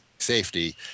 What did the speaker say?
safety